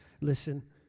Listen